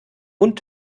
und